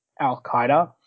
Al-Qaeda